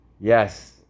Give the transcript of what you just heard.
Yes